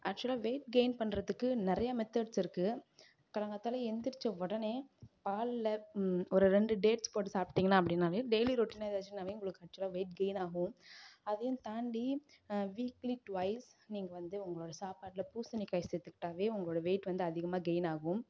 ஆக்ஷுவலாக weight gain பண்ணுறத்துக்கு நிறையா மெத்தெட்ஸ் இருக்கு காலங்காத்தால எந்திரிச்ச உடனே பாலில் ஒரு ரெண்டு டேட்ஸ் போட்டு சாப்பிட்டிங்கன்னா அப்படின்னாவே டெய்லி ரொட்டினாக எதாச்சுன்னாவே உங்களுக்கு ஆக்ஷுவலாக வெயிட் கெயின் ஆகும் அதையும் தாண்டி வீக்லி டுவைஸ் நீங்கள் வந்து உங்களோட சாப்பாட்டில் பூசணிக்காய் சேர்த்துக்கிட்டாவே உங்களோட வெயிட் வந்து அதிகமாக கெயின் ஆகும்